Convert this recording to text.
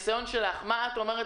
כי הצ'קים שלהם יחזרו,